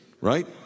Right